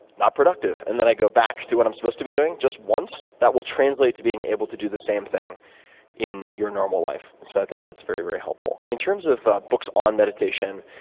not productive, and then i go back to what i'm supposed to be doing just once, that will translate to being able to do the same thing in your normal life. so i think that's very very helpful. in terms of books on meditation,